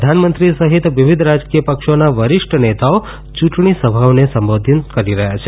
પ્રધાનમંત્રી સહિત વિવિધ રાજકીય પક્ષોના વરિષ્ઠ નેતાઓ ચૂંટણી સભાઓને સંબોધન કરી રહ્યા છે